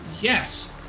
yes